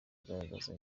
agaragaza